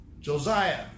Josiah